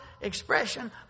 expression